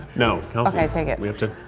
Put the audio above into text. no, kelsey. okay, take it. we have to.